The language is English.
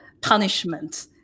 punishment